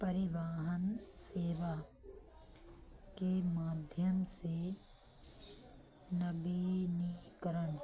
परिवहन सेवा के माध्यम से नवीनकरण